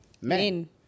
men